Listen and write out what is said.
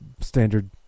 standard